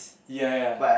ya ya